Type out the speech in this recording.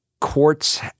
courts